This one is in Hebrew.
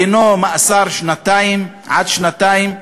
דינו מאסר עד שנתיים.